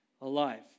alive